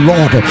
Lord